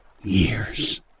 years